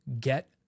get